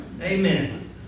Amen